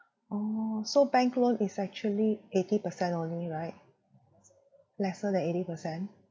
orh so bank loan is actually eighty percent only right lesser than eighty percent